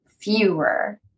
fewer